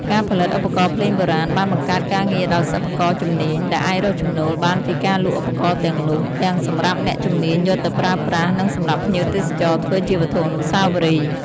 ការផលិតឧបករណ៍ភ្លេងបុរាណបានបង្កើតការងារដល់សិប្បករជំនាញ ដែលអាចរកចំណូលបានពីការលក់ឧបករណ៍ទាំងនោះ ទាំងសម្រាប់អ្នកជំនាញយកទៅប្រើប្រាស់ និងសម្រាប់ភ្ញៀវទេសចរធ្វើជាវត្ថុអនុស្សាវរីយ៍។